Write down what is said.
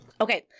Okay